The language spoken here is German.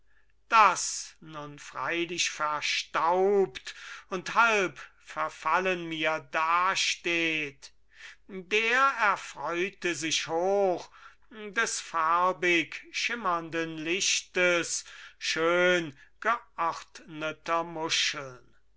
das nun freilich verstaubt und halb verfallen mir dasteht der erfreute sich hoch des farbig schimmernden lichtes schön geordneter muscheln